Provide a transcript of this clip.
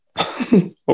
Okay